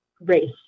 race